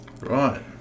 Right